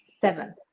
Seven